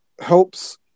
helps